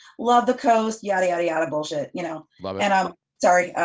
love the coast, yada, yada, yada, bullshit. you know love it! ah um sorry.